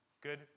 Good